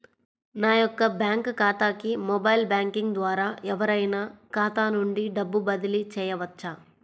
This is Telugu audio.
నా యొక్క బ్యాంక్ ఖాతాకి మొబైల్ బ్యాంకింగ్ ద్వారా ఎవరైనా ఖాతా నుండి డబ్బు బదిలీ చేయవచ్చా?